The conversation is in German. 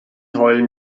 heulen